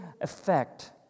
effect